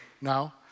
now